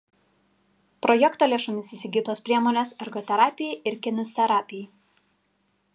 projekto lėšomis įsigytos priemonės ergoterapijai ir kineziterapijai